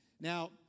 Now